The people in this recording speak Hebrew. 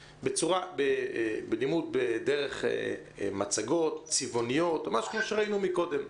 לימוד דרך מצגות צבעוניות כמו שראינו קודם.